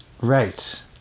Right